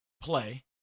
play